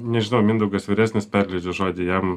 nežinau mindaugas vyresnis perleidžiu žodį jam